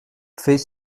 fait